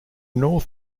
north